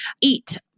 eat